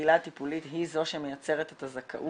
הקהילה הטיפולית היא זו שמייצרת את הזכאות?